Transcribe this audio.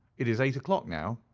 it is eight o'clock now,